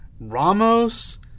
ramos